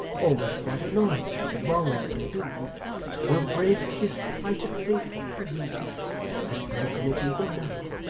almost without a knowledge of the wrong they do will break his plighted faith to you has broken it even now.